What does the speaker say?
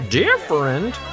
different